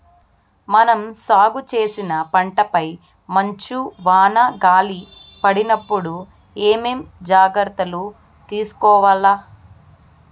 మనం సాగు చేసిన పంటపై మంచు, వాన, గాలి పడినప్పుడు ఏమేం జాగ్రత్తలు తీసుకోవల్ల?